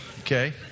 okay